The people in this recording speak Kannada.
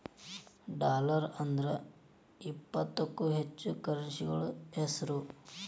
ಡಾಲರ್ ಅಂದ್ರ ಇಪ್ಪತ್ತಕ್ಕೂ ಹೆಚ್ಚ ಕರೆನ್ಸಿಗಳ ಹೆಸ್ರು